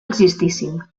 existissin